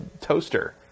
toaster